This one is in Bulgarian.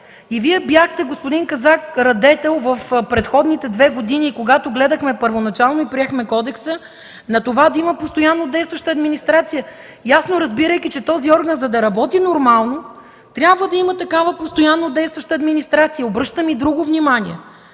ОССЕ. Вие, господин Казак, бяхте радетел в предходните две години, когато гледахме първоначално и приехме Кодекса, да има постоянно действаща администрация, ясно разбирайки, че този орган, за да работи нормално, трябва да има такава постоянно действаща администрация. Обръщам и друго внимание